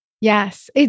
Yes